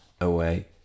away